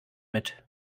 mit